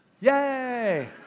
Yay